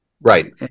Right